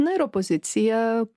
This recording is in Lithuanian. na ir opozicija